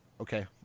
Okay